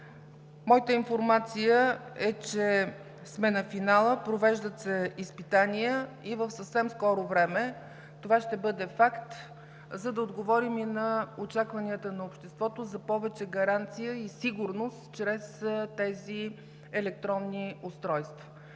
Моята информация е, че сме на финала. Провеждат се изпитания и в съвсем скоро време това ще бъде факт, за да отговорим и на очакванията на обществото за повече гаранция и сигурност чрез тези електронни устройства.